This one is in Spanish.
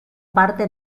parte